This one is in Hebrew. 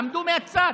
עמדו מהצד,